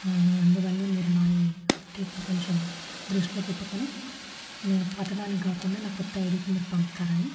అందువల్లే మీరు నా ఈ అప్డేట్ని కొంచెం దృష్టిలో పెట్టుకొని నేను పాత దానికి గాకుండా నా కొత్త ఐడీకి మీరు పంపుతారని